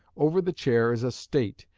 over the chair is a state,